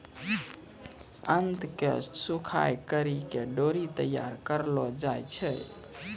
आंत के सुखाय करि के डोरी तैयार करलो जाय छै